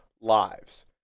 lives